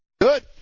good